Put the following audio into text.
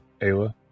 Ayla